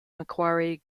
macquarie